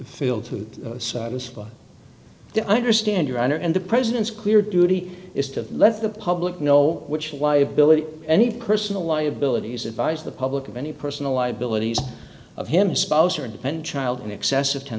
feel to satisfy to understand your honor and the president's clear duty is to let the public know which liability any personal liabilities advise the public of any personal liabilities of him spouse or independent child in excess of ten